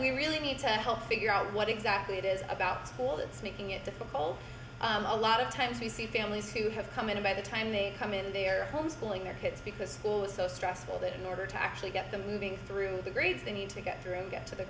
we really need to help figure out what exactly it is about school that's making it to the bowl a lot of times we see families who have come in by the time they come in their home schooling their kids because school is so stressful that in order to actually get them moving through the grades they need to get through get to the